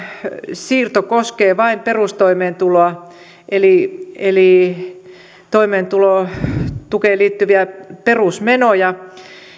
siirto koskee vain perustoimeentuloa eli eli toimeentulotukeen liittyviä perusmenoja